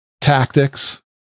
tactics